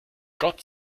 gott